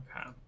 Okay